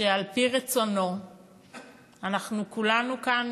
שעל-פי רצונו אנחנו כולנו כאן